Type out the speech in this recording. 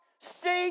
seek